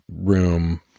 room